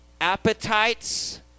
appetites